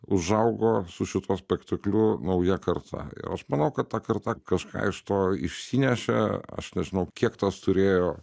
užaugo su šituo spektakliu nauja karta ir aš manau kad ta karta kažką iš to išsinešė aš nežinau kiek tas turėjo